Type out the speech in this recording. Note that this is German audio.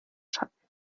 schatten